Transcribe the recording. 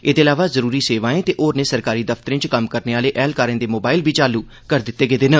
एह्दे अलावा जरूरी सेवाएं ते होरनें सरकारी दफ्तरें च कम्म करने आह्ले ऐह्लकारें दे मोबाईल बी चालू करी दित्ते गे न